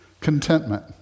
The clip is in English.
Contentment